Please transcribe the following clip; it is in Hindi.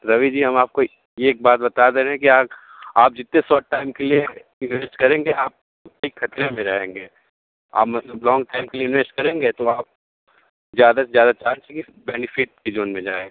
रवि जी हम आपको एक बात बता दे रहें हैं कि आप जितने शॉर्ट टाइम के लिए इन्वेस्ट करेंगे आप उतने खतरे में रहेंगे आप मतलब लॉन्ग टाइम के लिए इन्वेस्ट करेंगे तो आप ज़्यादा से ज़्यादा चांस है कि बेनिफ़िट ज़ोन में जाएगा